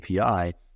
API